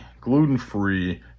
gluten-free